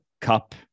cup